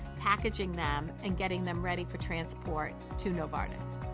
packaging them, and getting them ready for transport to novartis.